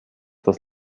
das